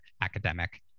academic